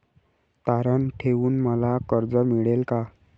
तारण ठेवून मला कर्ज मिळेल का?